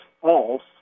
false